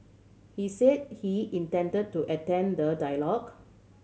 he said he intend to attend the dialogue